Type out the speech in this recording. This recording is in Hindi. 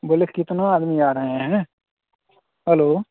बोले कितना आदमी आ रहें हैं हलो